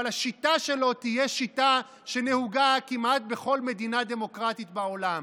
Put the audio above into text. אבל השיטה שלו תהיה שיטה שנהוגה כמעט בכל מדינה דמוקרטית בעולם.